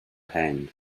hanged